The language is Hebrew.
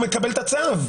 הוא מקבל את הצו.